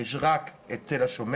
יש רק את תל השומר